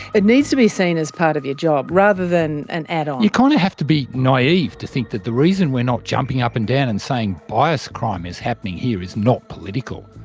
it needs to be seen as part of your job rather than an add-on. you kind of have to be naive to think that the reason we're not jumping up and down and saying bias crime is happening here is not political.